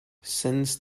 since